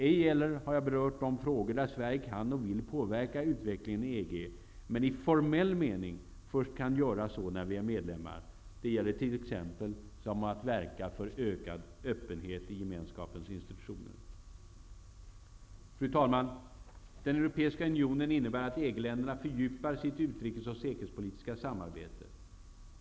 Ej heller har jag berört de frågor där Sverige kan och vill påverka utvecklingen i EG — i formell mening kan vi göra så först när vi är medlemmar — som att verka för ökad öppenhet i gemenskapens institutioner. Fru talman! Europeiska unionen innebär att EG-länderna fördjupar sitt utrikes och säkerhetspolitiska samarbete.